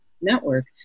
network